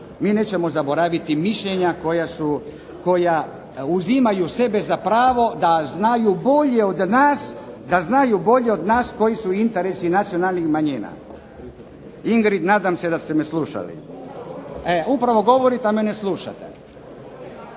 mi nećemo zaboraviti mišljenja koja uzimaju sebe za pravo da znaju bolje od nas koij su interesi nacionalnih manjina. Ingrid nadam se da ste me slušali, upravo govorite pa me ne slušate.